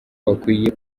bakwiye